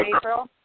April